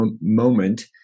moment